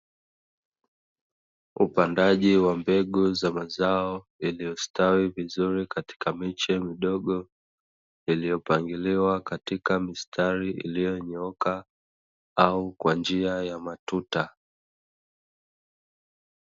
Upandaji wa mbegu za mazao yaliyostawi vizuri katika miche midogo, iliyopangiliwa katika mistari, iliyonyooka au kwa njia ya matuta.